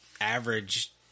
average